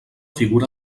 figura